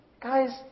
guys